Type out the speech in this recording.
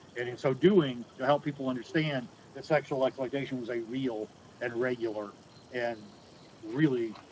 and in so doing, to help people understand that sexual exploitation was a real and regular and really